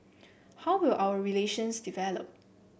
how will our relations develop